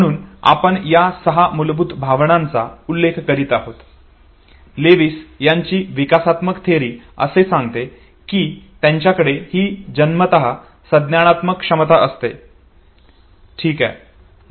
म्हणून आपण ज्या सहा मूलभूत भावनांचा उल्लेख करीत आहोत लेविस यांची विकासात्मक थिअरी असे सांगते की त्यांच्याकडे ही जन्मतः सज्ञानात्मक क्षमता असते ठीक आहे